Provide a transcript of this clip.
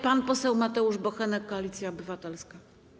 Pan poseł Mateusz Bochenek, Koalicja Obywatelska.